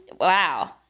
Wow